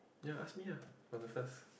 ya ask me ah from the first